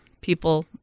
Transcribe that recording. people